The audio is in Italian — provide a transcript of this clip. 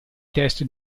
test